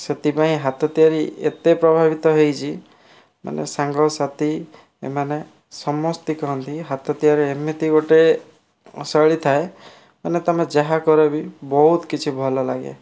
ସେଥିପାଇଁ ହାତ ତିଆରି ଏତେ ପ୍ରଭାବିତ ହୋଇଛି ମାନେ ସାଙ୍ଗ ସାଥି ଏମାନେ ସମସ୍ତେ କହନ୍ତି ହାତ ତିଆରି ଏମିତି ଗୋଟିଏ ଶୈଳୀ ଥାଏ ମାନେ ତମେ ଯାହା କରବି ବହୁତ କିଛି ଭଲ ଲାଗେ